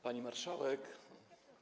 Pani Marszałek!